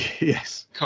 Yes